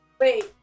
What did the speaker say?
Wait